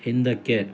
ಹಿಂದಕ್ಕೆ